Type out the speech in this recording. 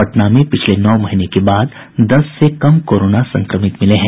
पटना में पिछले नौ महीने के बाद दस से कम कोरोना संक्रमित मिले हैं